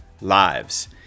lives